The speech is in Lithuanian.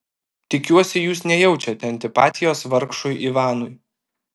tikiuosi jūs nejaučiate antipatijos vargšui ivanui